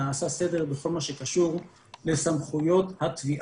נעשה סדר בכל מה שקשור בסמכויות התביעה.